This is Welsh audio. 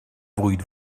fwyd